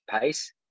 pace